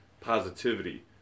positivity